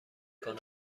کنم